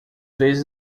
vezes